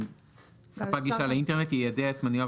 "ספק גישה לאינטרנט יידע את מנוייו